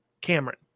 Cameron